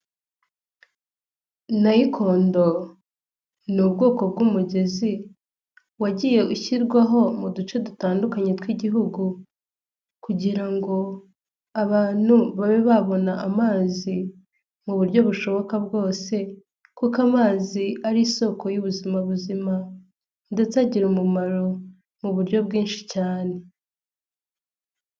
Nayikondo ni ubwoko bw'umugezi wagiye ushyirwaho mu duce dutandukanye tw'Igihugu kugira ngo abantu babe babona amazi mu buryo bushoboka bwose kuko amazi ari isoko y'ubuzima buzima ndetse agira umumaro mu buryo bwinshi cyane.